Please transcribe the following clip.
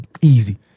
easy